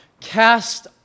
cast